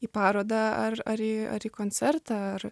į parodą ar ar į ar į koncertą ar